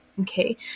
okay